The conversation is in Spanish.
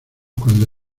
cuando